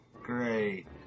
Great